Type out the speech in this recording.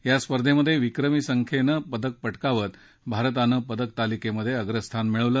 या स्पर्धेत विक्रमी संख्येनं पदकं पटकावतं भारतानं पदकतालिकेत अग्रस्थान मिळवलं